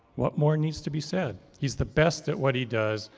what more needs to be said? he's the best at what he does.